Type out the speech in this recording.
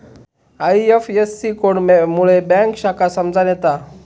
IFSC code मुळे bank शाखा समजान येता